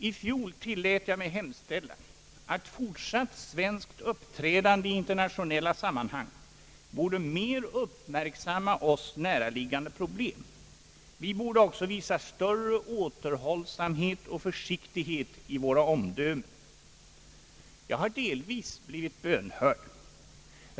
I fjol tillät jag mig hemställa att fortsatt svenskt uppträdande i internationella sammanhang borde mer uppmärksamma oss näraliggande problem. Vi borde också visa större återhållsamhet och försiktighet i våra omdömen. Jag har delvis blivit bönhörd.